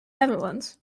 netherlands